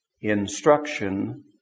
instruction